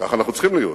כך אנחנו צריכים להיות,